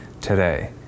today